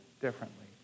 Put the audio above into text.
differently